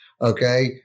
Okay